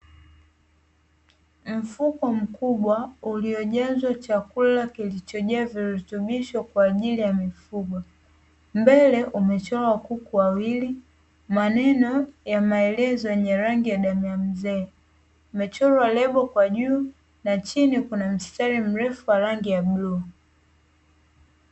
Mfuko mkubwa uliojazwa chakula kilichojaa virutubisho kwaajili ya mifugo. Mbele umechorwa kuku wawili, maneno ya maelezo yenye rangi ya damu ya mzee. Imechorwa lebo kwa juu na chini kuna mstari mrefu wa rangi ya blue.